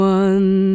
one